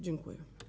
Dziękuję.